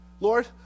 Lord